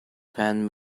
ten